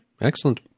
Excellent